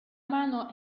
mano